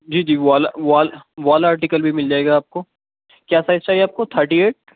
جی جی وہ والا وہ وہ والا آرٹیکل بھی مل جائے گا آپ کو کیا سائز چاہیے آپ کو تھرٹی ایٹ